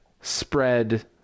spread